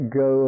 go